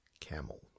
Camel